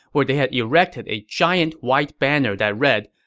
where they had erected a giant white banner that read,